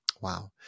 Wow